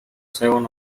seven